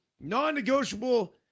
non-negotiable